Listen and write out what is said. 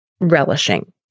relishing